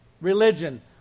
religion